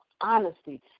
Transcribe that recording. honesty